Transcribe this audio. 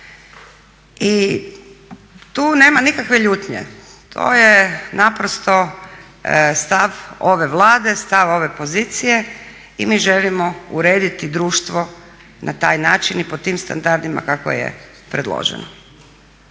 I tu nema nikakve ljutnje. To je naprosto stav ove Vlade, stav ove pozicije i mi želimo urediti društvo na taj način i po tim standardima kako je predloženo.